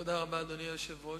אדוני היושב-ראש,